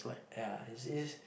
ya is is